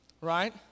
right